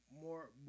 more